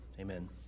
Amen